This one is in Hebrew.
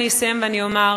אני אסיים ואומר: